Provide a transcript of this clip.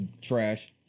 trash